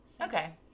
Okay